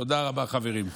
תודה רבה, חברים.